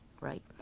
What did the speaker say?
right